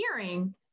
hearing